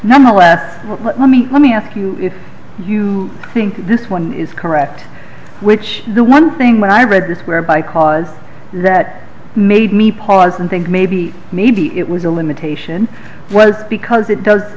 nonetheless let me let me ask you if you think this one is correct which the one thing when i read this whereby cause that made me pause and think maybe maybe it was a limitation it was because it does